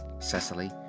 Cecily